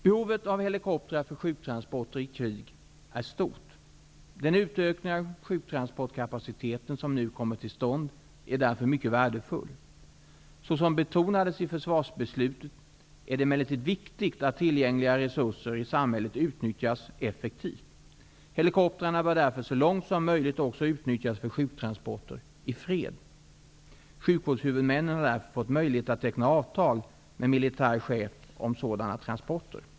Behovet av helikoptrar för sjuktransporter i krig är stort. Den utökning av sjuktransportkapaciteten som nu kommer till stånd är därför mycket värdefull. Såsom betonades i försvarsbeslutet är det emellertid viktigt att tillgängliga resurser i samhället utnyttjas effektivt. Helikoptrarna bör därför så långt som möjligt också utnyttjas för sjuktransporter i fred. Sjukvårdshvudmännen har därför fått möjlighet att teckna avtal med militär chef om sådana transporter.